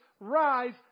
rise